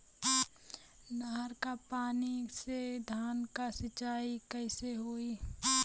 नहर क पानी से धान क सिंचाई कईसे होई?